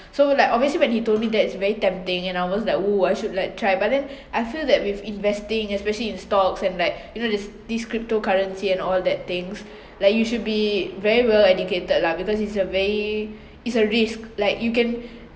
so like obviously when he told me that it's very tempting and I was like !woo! I should like try but then I feel that with investing especially in stocks and like you know there's this crypto currency and all that things like you should be very well educated lah because it’s a very it's a risk like you can